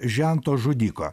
žento žudiko